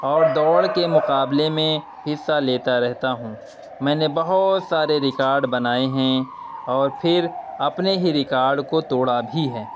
اور دوڑ کے مقابلے میں حصہ لیتا رہتا ہوں میں نے بہت سارے ریکارڈ بنائے ہیں اور پھر اپنے ہی ریکارڈ کو توڑا بھی ہے